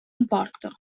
emporta